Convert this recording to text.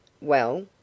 Well